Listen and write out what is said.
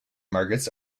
markets